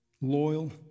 loyal